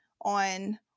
on